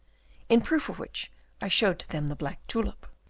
in proof of which i showed to them the black tulip.